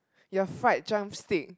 your fried drum stick